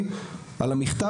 אבל אלחנן,